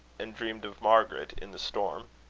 and dreamed of margaret in the storm.